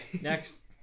Next